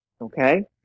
Okay